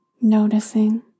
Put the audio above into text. Noticing